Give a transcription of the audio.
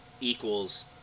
equals